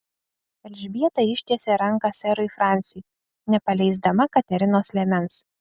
elžbieta ištiesė ranką serui fransiui nepaleisdama katerinos liemens